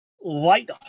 light